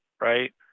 right